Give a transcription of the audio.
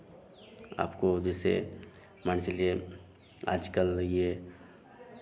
आपको जैसे मान चलिए आज कल ये